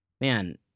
man